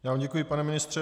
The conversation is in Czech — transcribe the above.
Já vám děkuji, pane ministře.